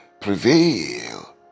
prevail